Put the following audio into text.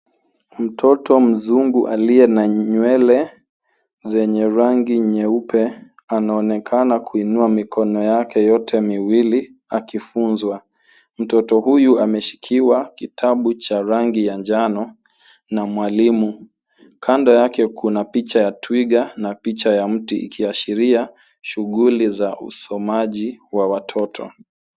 Mtoto mzungu aliye na nywele zenye rangi nyeupe anaonekana kuunu mikono yake yote miwili akifunzwa. Mtoto huyu ameshikiwa kitabu cha rangi ya njano na mwalimu. Kando yake kuna picha ya twiga na picha ya mti ikiashiria shuguli za usomaji wa watoto.